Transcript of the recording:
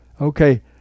Okay